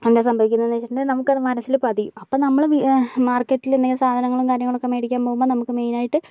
എന്താ സംഭവിക്കുന്നതെന്ന് വച്ചിട്ടുണ്ടെങ്കിൽ നമുക്കത് മനസ്സിൽ പതിയും അപ്പം നമ്മള് മാർക്കറ്റിലെന്തെങ്കിലും സാധനങ്ങളും കാര്യങ്ങളൊക്കെ മേടിക്കാൻ പോകുമ്പോൾ നമുക്ക് മെയ്നായിട്ട്